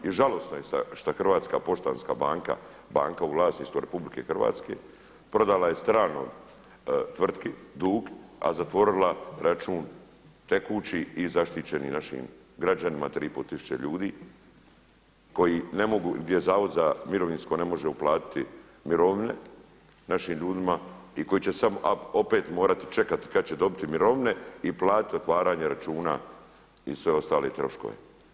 I žalosno je šta Hrvatska poštanska banka, banka u vlasništvu RH prodala je stranoj tvrtki dug, a zatvorila račun tekući i zaštićeni našim građanima 3 i pol tisuće ljudi koji ne mogu, gdje Zavod za mirovinsko ne može uplatiti mirovine našim ljudima i koji će opet morati čekati kad će dobiti mirovine i platiti otvaranje računa i sve ostale troškove.